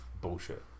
bullshit